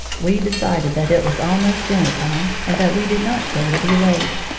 we decided that it was almost dinner time, and that we did not care to be late.